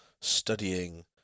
studying